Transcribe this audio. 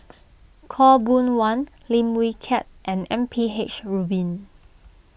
Khaw Boon Wan Lim Wee Kiak and M P H Rubin